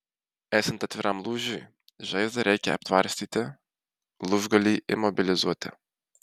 esant atviram lūžiui žaizdą reikia aptvarstyti lūžgalį imobilizuoti